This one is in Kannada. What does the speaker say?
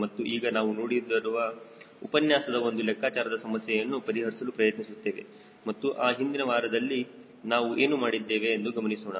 ಮತ್ತು ಈಗ ನಾವು ನೋಡಿರುವ ಉಪನ್ಯಾಸದ ಒಂದು ಲೆಕ್ಕಾಚಾರದ ಸಮಸ್ಯೆಯನ್ನು ಪರಿಹರಿಸಲು ಪ್ರಯತ್ನಿಸುತ್ತೇವೆ ಮತ್ತು ಆ ಹಿಂದಿನ ವಾರದಲ್ಲಿ ನಾವು ಏನು ಮಾಡಿದ್ದೇವೆ ಎಂದು ಗಮನಿಸೋಣ